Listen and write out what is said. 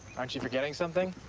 aren't you forgetting something?